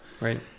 Right